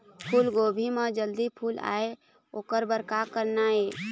फूलगोभी म जल्दी फूल आय ओकर बर का करना ये?